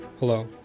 Hello